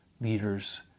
leaders